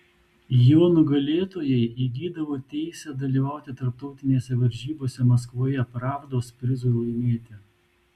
jo nugalėtojai įgydavo teisę dalyvauti tarptautinėse varžybose maskvoje pravdos prizui laimėti